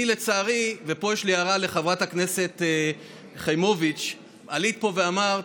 לצערי פה יש לי הערה לחברת הכנסת חיימוביץ': עלית פה ואמרת: